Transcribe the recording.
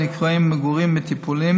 הנקראים מגורים טיפוליים,